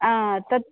हा तद्